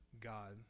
God